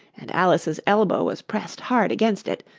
and alice's elbow was pressed hard against it,